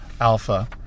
alpha